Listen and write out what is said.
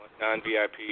Non-VIP